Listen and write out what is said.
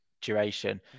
duration